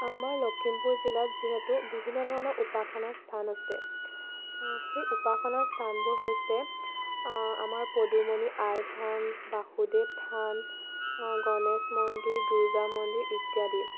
আমাৰ লখিমপুৰ জিলাত যিহেতু বিভিন্ন ধৰণৰ উপাসনাৰ স্থান আছে সেই উপাসনাৰ স্থানবোৰ হৈছে আমাৰ পদুমণি আই থান বাসুদেৱ থান গণেশ মন্দিৰ দুৰ্গা মন্দিৰ ইত্যাদি